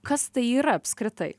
kas tai yra apskritai